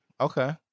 Okay